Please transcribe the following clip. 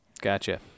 gotcha